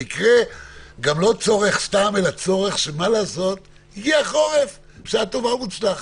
במקרה גם לא צורך סתם - הגיע החורף בשעה טובה ומוצלחת.